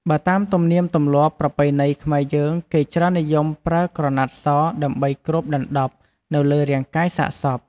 បើតាមទំនៀមទម្លាប់ ប្រពៃណីខ្មែរយើងគេច្រើននិយមប្រើក្រណាត់សដើម្បីគ្របដណ្តប់នៅលើរាងកាយសាកសព។